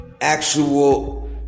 actual